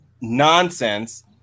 nonsense